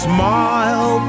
Smile